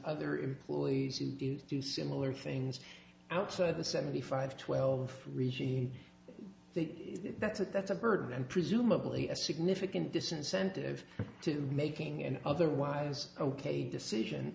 other employees who do similar things outside of the seventy five twelve region the that's a that's a burden and presumably a significant disincentive to making and otherwise ok decision